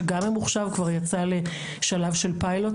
שגם הוא יצא לשלב של פיילוט.